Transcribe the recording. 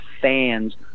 fans